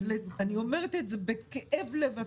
אני אומרת את זה בכאב לב עצום,